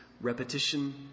repetition